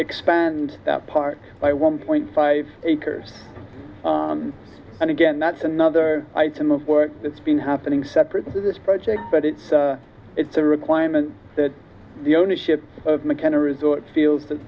expand that park by one point five acres and again that's another item of work that's been happening separate this project but it's it's a requirement that the ownership of mckenna resorts feels that